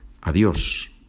Adiós